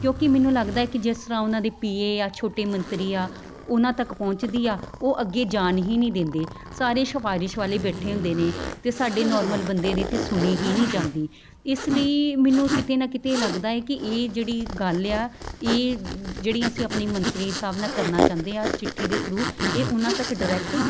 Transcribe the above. ਕਿਉਂਕਿ ਮੈਨੂੰ ਲੱਗਦਾ ਕਿ ਜਿਸ ਤਰ੍ਹਾਂ ਉਹਨਾਂ ਦੇ ਪੀਏ ਜਾਂ ਛੋਟੇ ਮੰਤਰੀ ਆ ਉਹਨਾਂ ਤੱਕ ਪਹੁੰਚਦੀ ਆ ਉਹ ਅੱਗੇ ਜਾਣ ਹੀ ਨਹੀਂ ਦਿੰਦੇ ਸਾਰੇ ਸਿਫਾਰਿਸ਼ ਵਾਲੇ ਬੈਠੇ ਹੁੰਦੇ ਨੇ ਅਤੇ ਸਾਡੇ ਨੋਰਮਲ ਬੰਦੇ ਨੇ ਇੱਥੇ ਸੁਣੀ ਹੀ ਨਹੀਂ ਜਾਂਦੀ ਇਸ ਲਈ ਮੈਨੂੰ ਕਿਤੇ ਨਾ ਕਿਤੇ ਲੱਗਦਾ ਹੈ ਕਿ ਇਹ ਜਿਹੜੀ ਗੱਲ ਆ ਇਹ ਜਿਹੜੀਆਂ ਅਸੀਂ ਆਪਣੇ ਮੰਤਰੀ ਸਾਹਿਬ ਨਾਲ ਕਰਨਾ ਚਾਹੁੰਦੇ ਆ ਚਿੱਠੀ ਦੇ ਥਰੂ ਇਹ ਉਹਨਾਂ ਤੱਕ ਡਾਇਰੈਕਟ